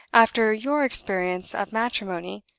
after your experience of matrimony,